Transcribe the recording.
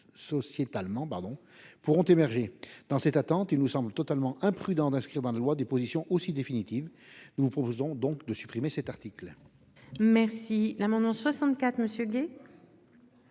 pourront émerger. Dans cette attente, il nous semble totalement imprudent d'inscrire dans la loi des positions aussi définitives. Nous vous proposons donc de supprimer cet article. La parole est à M.